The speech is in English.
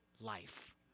life